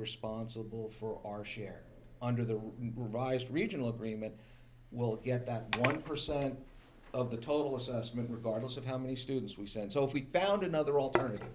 responsible for our share under the revised regional agreement we'll get that one percent of the total assessment regardless of how many students we send so if we found another alternative